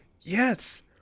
Yes